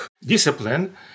discipline